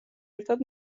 ერთად